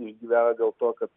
išgyvena dėl to kad